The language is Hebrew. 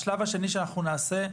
השלב השני שאנחנו נעשה,